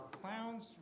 clowns